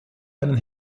einen